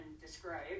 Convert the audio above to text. describe